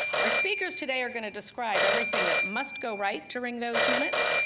our speakers today are gonna describe everything that must go right during those minutes.